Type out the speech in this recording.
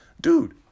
Dude